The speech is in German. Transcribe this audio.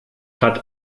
hat